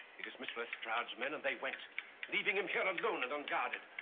he dismissed lestrade's men and they went leaving him here alone and unguarded.